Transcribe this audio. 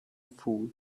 food